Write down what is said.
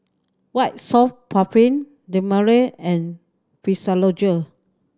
White Soft Paraffin Dermale and Physiogel